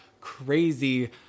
crazy